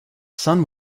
son